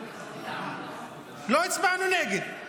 לא הצבענו נגד.